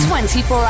24